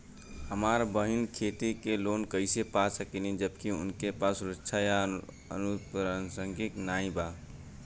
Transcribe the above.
हमार बहिन खेती के लोन कईसे पा सकेली जबकि उनके पास सुरक्षा या अनुपरसांगिक नाई बा?